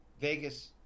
Vegas